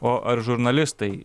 o ar žurnalistai